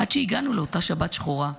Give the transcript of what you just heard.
עד שהגענו לאותה שבת שחורה.